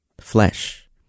flesh